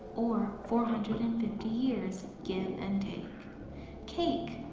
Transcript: or four hundred and fifty years, give and cake.